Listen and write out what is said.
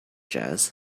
jazz